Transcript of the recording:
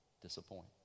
disappoint